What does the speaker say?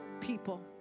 People